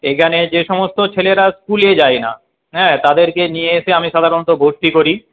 এইখানে যে সমস্ত ছেলেরা স্কুলে যায় না হ্যাঁ তাদেরকে নিয়ে এসে আমি সাধারণত ভর্তি করি